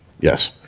Yes